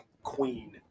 Queen